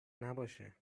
نباشه